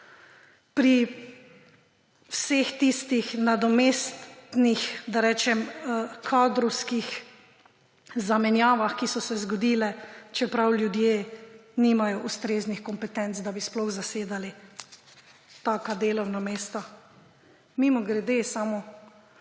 pri vseh tistih nadomestnih, da rečem, kadrovskih zamenjavah, ki so se zgodile, čeprav ljudje nimajo ustreznih kompetenc, da bi sploh zasedali taka delovna mesta. Mimogrede samo